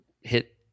hit